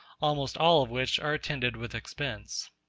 almost all of which are attended with expense.